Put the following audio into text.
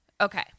Okay